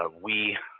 ah we,